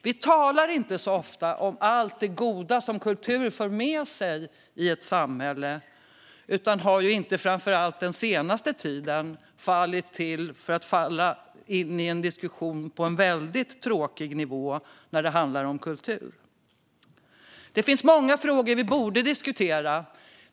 Vi talar inte så ofta om allt det goda som kultur för med sig i ett samhälle, och den senaste tiden har vi fallit in i en diskussion om kultur på en tråkig nivå. Det finns många frågor vi borde diskutera.